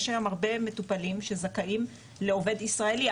יש היום הרבה מטופלים שזכאים לעובד ישראלי,